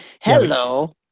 Hello